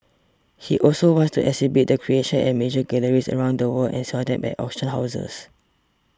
he also wants to exhibit the creations at major galleries around the world and sell them at auction houses